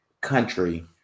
country